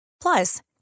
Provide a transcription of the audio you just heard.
Plus